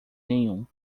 nenhum